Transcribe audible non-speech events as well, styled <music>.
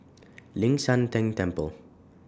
<noise> Ling San Teng Temple